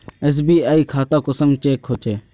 SBI खाता कुंसम check होचे?